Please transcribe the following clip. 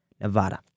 Nevada